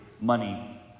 money